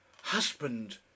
Husband